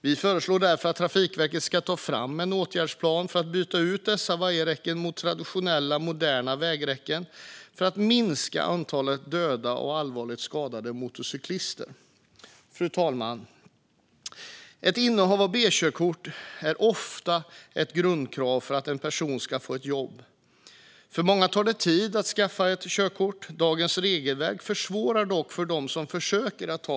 Vi föreslår därför att Trafikverket ska ta fram en åtgärdsplan för att byta ut vajerräckena mot moderniserade traditionella vägräcken för att minska antalet dödade och allvarligt skadade motorcyklister. Fru talman! Innehav av B-körkort är ofta ett grundkrav för att en person ska få ett jobb. För många tar det tid att ta körkort, och dagens regelverk försvårar för dem som försöker.